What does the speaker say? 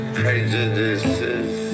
prejudices